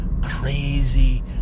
crazy